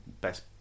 best